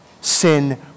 sin